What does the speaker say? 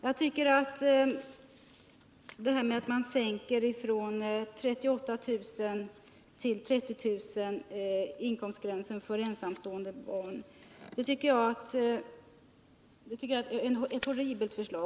Jag tycker att förslaget att sänka inkomstgränsen från 38 000 till 30 000 för ensamstående föräldrar är horribelt.